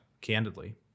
candidly